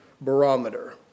barometer